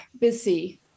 busy